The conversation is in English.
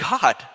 God